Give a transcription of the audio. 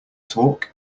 talk